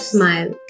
Smile